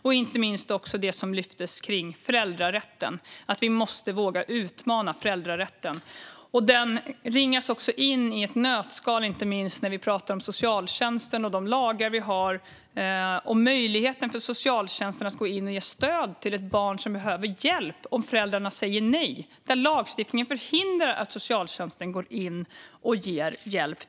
Det gäller inte minst det som lyftes fram om föräldrarätten. Vi måste våga utmana föräldrarätten. Den ringas in i ett nötskal inte minst när vi talar om socialtjänsten och de lagar vi har. Det handlar om möjligheten för socialtjänsten att gå in och ge stöd till ett barn som behöver hjälp om föräldrarna säger nej, där lagstiftningen förhindrar att socialtjänsten går in och ger hjälp.